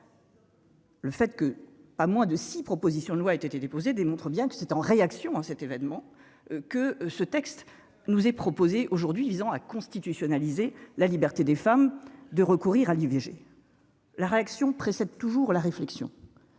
Le fait que pas moins de 6 propositions de loi, été déposée démontre bien que c'était en réaction à cet événement que ce texte nous est proposé aujourd'hui visant à constitutionnaliser la liberté des femmes de recourir à l'IVG, la réaction précède toujours la réflexion